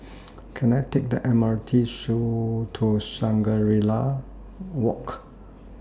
Can I Take The M R T to Shangri La Walk